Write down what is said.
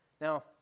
Now